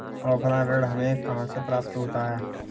Offline ऋण हमें कहां से प्राप्त होता है?